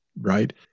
right